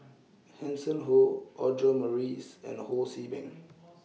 Hanson Ho Audra Morrice and Ho See Beng